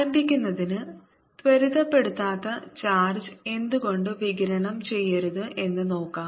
ആരംഭിക്കുന്നതിന് ത്വരിതപ്പെടുത്താത്ത ചാർജ് എന്തുകൊണ്ട് വികിരണം ചെയ്യരുത് എന്ന് നോക്കാം